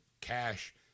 cash